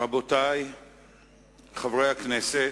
רבותי חברי הכנסת,